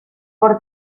por